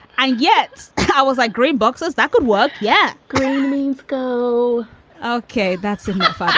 and yet i was like green boxes that could work yeah, green means go ok, that's enough, ah